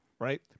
Right